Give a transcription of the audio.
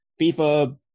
FIFA